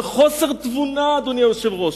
זה חוסר תבונה, אדוני היושב-ראש.